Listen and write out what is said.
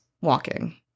walking